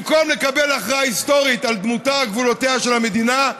במקום לקבל הכרעה היסטורית על דמותה וגבולותיה של המדינה,